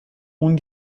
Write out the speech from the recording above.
اون